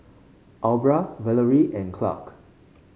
Aubra Valorie and Clarke